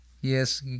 yes